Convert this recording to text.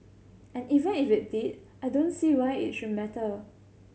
and even if it did I don't see why it should matter